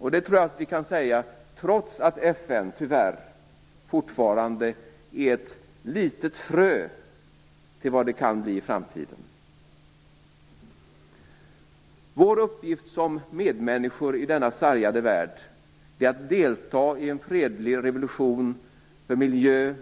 Jag tror att vi kan säga detta trots att FN tyvärr fortfarande är ett litet frö till vad det kan bli i framtiden. Vår uppgift som medmänniskor i denna sargade värld är att delta i en fredlig revolution för miljö,